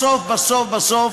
בסוף בסוף בסוף,